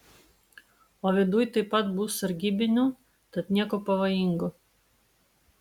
o viduj taip pat bus sargybinių tad nieko pavojingo